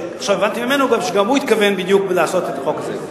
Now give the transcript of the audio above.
עכשיו הבנתי ממנו גם שגם הוא התכוון בדיוק לעשות את החוק הזה.